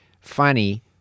funny